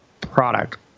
product